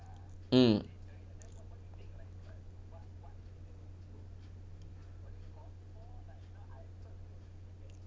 mm